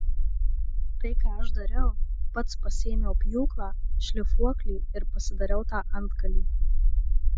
tai ką aš dariau pats pasiėmiau pjūklą šlifuoklį ir pasidariau tą antgalį